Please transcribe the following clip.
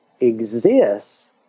exists